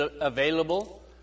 available